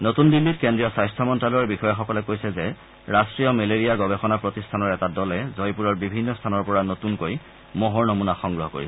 নতুন দিল্লীত কেন্দ্ৰীয় স্বাস্থ্য মন্ত্ৰ্যালয়ৰ বিষয়াসকলে কৈছে যে ৰাষ্ট্ৰীয় মেলেৰীয়া গৱেষণা প্ৰতিষ্ঠানৰ এটা দলে জয়পুৰৰ বিভিন্ন স্থানৰ পৰা নতুনকৈ মহৰ নমুনা সংগ্ৰহ কৰিছে